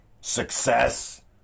success